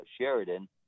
Sheridan